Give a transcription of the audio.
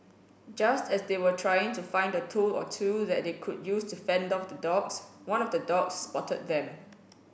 just as they were trying to find a tool or two that they could use to fend off the dogs one of the dogs spotted them